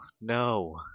no